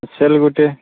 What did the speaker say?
cell ଗୋଟେ